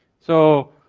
so